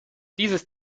dieses